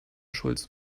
schulz